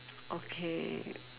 okay